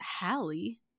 hallie